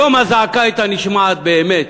היום הזעקה הייתה נשמעת באמת,